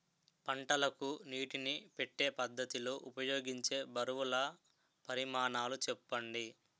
పంటలకు నీటినీ పెట్టే పద్ధతి లో ఉపయోగించే బరువుల పరిమాణాలు చెప్పండి?